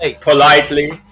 politely